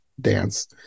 dance